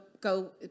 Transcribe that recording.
go